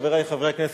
חברי חברי הכנסת,